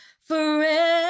forever